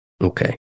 okay